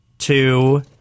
Two